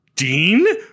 Dean